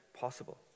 Possible